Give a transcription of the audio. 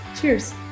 Cheers